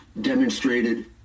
demonstrated